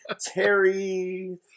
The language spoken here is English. Terry